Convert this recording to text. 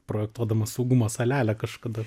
projektuodamas saugumo salelę kažkada